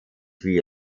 wie